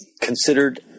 considered